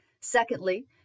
Secondly